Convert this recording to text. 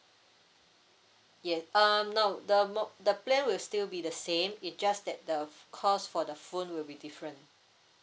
ye~ uh no the mo~ the plan will still be the same it just that the cost for the phone will be different